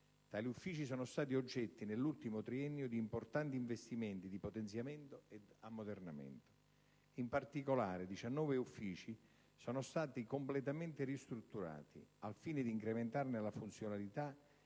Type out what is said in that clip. Tali uffici sono stati oggetto, nell'ultimo triennio, di importanti investimenti di potenziamento ed ammodernamento. In particolare, 19 uffici sono stati completamente ristrutturati. Al fine di incrementarne la funzionalità ed andare incontro